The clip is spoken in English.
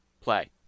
play